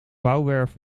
bouwwerf